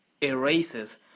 erases